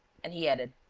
and he added.